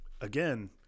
Again